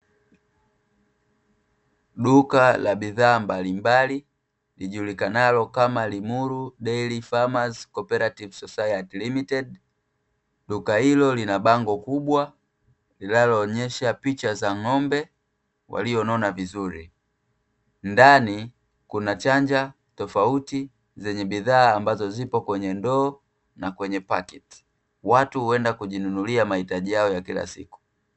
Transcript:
Duka la bidhaa mbali mbali, lijulikanalo kama "LIMURU DAIRY FAMERS CO-OPERATIVE LIMITED". Duka hilo lina bango kubwa linaloonyesha picha za ng'ombe walionona vizuri. Ndani kuna chanja tofauti zenye bidhaa ambazo zipo kwenye ndoo na kwenye paketi. Watu huenda kujinunulia mahitaji yao ya kila siku.